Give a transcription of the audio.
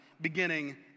beginning